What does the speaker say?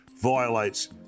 violates